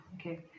okay